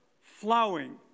flowing